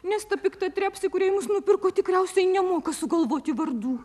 nes ta pikta trepsė kuriai mus nupirko tikriausiai nemoka sugalvoti vardų